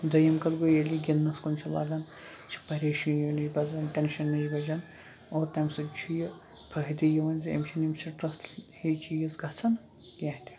دۄیِم کَتھ گوٚو ییٚلہِ یہِ گِںٛدنَس کُن چھِ لَگان یہِ چھِ پریشٲنیو نِش بچان ٹینشَن نِش بَچان اور تَمہِ سۭتۍ چھُ یہِ فٲیِدٕ یِوان زِ أمِس چھِنہٕ یِم سٹرٛس ہِو چیٖز گژھان کینٛہہ تہِ